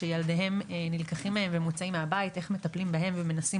שילדיהם נלקחים מהם ומוצאים מהבית איך מטפלים בהם ומנסים